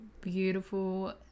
beautiful